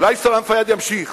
אולי סלאם פיאד ימשיך,